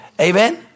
amen